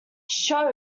show